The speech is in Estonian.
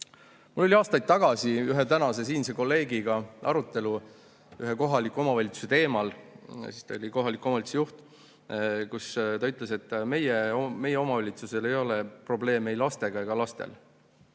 Mul oli aastaid tagasi ühe tänase siinse kolleegiga arutelu ühe kohaliku omavalitsuse teemal – ta oli siis kohaliku omavalitsuse juht – ja ta ütles, et nende omavalitsusel ei ole probleeme ei lastega ega lastel.